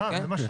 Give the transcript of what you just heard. זו לא היה